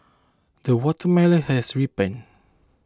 the watermelon has ripened